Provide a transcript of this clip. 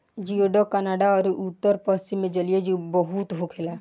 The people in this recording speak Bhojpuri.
जियोडक कनाडा अउरी उत्तर पश्चिम मे जलीय जीव बहुत होखेले